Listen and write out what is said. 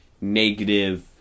negative